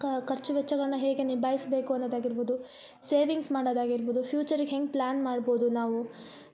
ಕ ಖರ್ಚು ವೆಚ್ಚಗಳನ್ನ ಹೇಗೆ ನಿಭಾಯ್ಸ್ಬೇಕು ಅನ್ನೊದಾಗಿರ್ಬೋದು ಸೇವಿಂಗ್ಸ್ ಮಾಡೋದಾಗಿರ್ಬೋದು ಫ್ಯುಚರಿಗ ಹೆಂಗ ಪ್ಲ್ಯಾನ್ ಮಾಡ್ಬೋದು ನಾವು